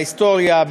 ההיסטוריה,